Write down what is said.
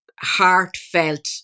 heartfelt